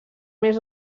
més